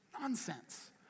Nonsense